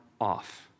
off